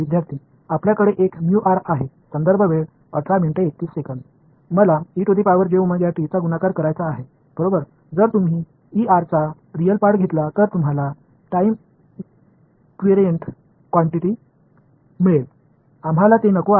विद्यार्थीः आपल्याकडे एक म्यू आर आहे मला चा गुणाकार करायचा आहे बरोबर जर तुम्ही ई आर चा रिअल पार्ट घेतला तर तुम्हाला टाइम इन्व्यरिएंट क्वांटिटि मिळेल आम्हाला ते नको आहे